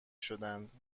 شدند